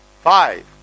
Five